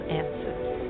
answers